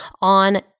on